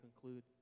conclude